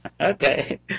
Okay